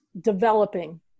developing